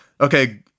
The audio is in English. okay